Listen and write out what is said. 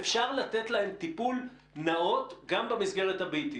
אפשר לתת להם טיפול נאות גם במסגרת הביתית.